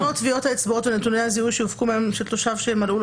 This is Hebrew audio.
טביעות האצבעות ונתוני הזיהוי שהופקו של תושב שמלאו לו